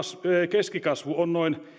keskikasvu on noin